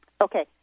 Okay